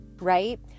right